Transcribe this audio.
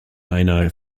einer